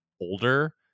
older